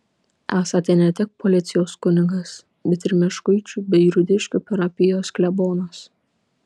esate ne tik policijos kunigas bet ir meškuičių bei rudiškių parapijos klebonas